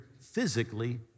physically